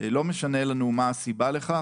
לא משנה לנו מה הסיבה לכך,